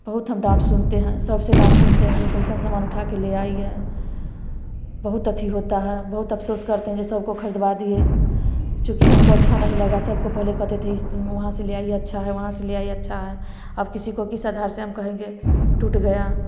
बहुत हम डांट सुनते हैं सबसे डांट सुनते हैं जो कैसा सामान उठाकर ले आई है बहुत आती होता है बहुत अफसोस करते हैं कि सब को खरीदवा दिए चूँकि हमको अच्छा नहीं लगा सब को पहले कहते थे वहाँ से ले आइए अच्छा है वहाँ से ले आइए अच्छा है अब किसी को भी किस आधार से हम कहेंगे टूट गया